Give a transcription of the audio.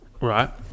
right